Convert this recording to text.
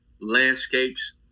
landscapes